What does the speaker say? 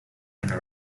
and